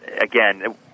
again